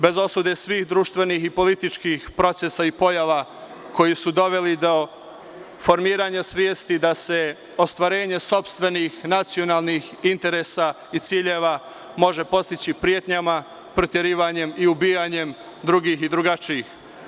Bez osude svih društvenih i političkih procesa i pojava, koji su doveli do formiranja svesti da se ostvarenja sopstvenih, nacionalnih interesa i ciljeva mogu postići pretnjama, proterivanjem i ubijanjem drugih i drugačijih.